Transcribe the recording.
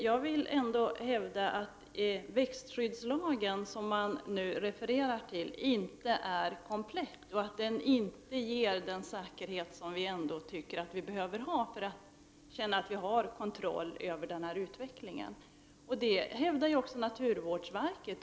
Jag vill ändå hävda att växtskyddslagen, som man nu refererar till, inte är komplett och att den inte ger den säkerhet som vi ändå anser oss behöva ha för att känna att vi har kontroll över denna utveckling. Detta hävdas också från naturvårdsverket.